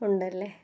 ഉണ്ടല്ലേ